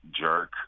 jerk